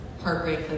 heartbreak